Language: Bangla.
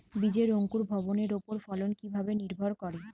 বীজের অঙ্কুর ভবনের ওপর ফলন কিভাবে নির্ভর করে?